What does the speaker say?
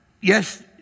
yes